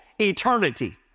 eternity